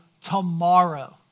tomorrow